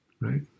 Right